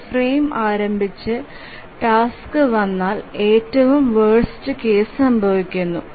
ഒരു ഫ്രെയിം ആരംഭിച്ച് ടാസ്ക് വന്നാൽ ഏറ്റവും വേർസ്റ് കേസ് സംഭവിക്കുന്നു